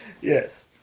Yes